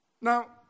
Now